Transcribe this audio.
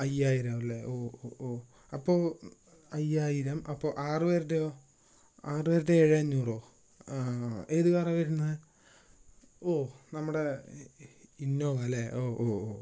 അയ്യായിരം ആവുമല്ലേ ഓ ഓ ഓ അപ്പോൾ അയ്യായിരം അപ്പോൾ ആറു പേരുടെയോ ആറായിരത്തി ഏഴ് അഞ്ഞൂറോ ആ ആ ഏത് കാറാണ് വരുന്നത് ഓ നമ്മുടെ ഇന്നോവ അല്ലേ ഓ ഓ ഓ